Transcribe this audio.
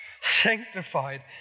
sanctified